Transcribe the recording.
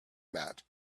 mat